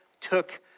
took